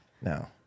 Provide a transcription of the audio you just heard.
No